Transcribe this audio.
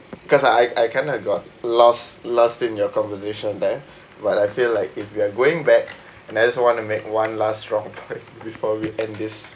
because I I I kind of got lost lost in your conversation there but I feel like if you are going back and I just want to make one last strong point before we end this